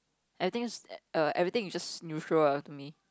I think s~ everything is just neutral ah to me